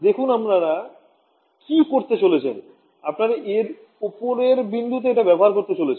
দেখুন আপনারা কি করতে চলেছেন আপনারা এর ওপরের বিন্দুতে এটা ব্যবহার অরতে চলেছেন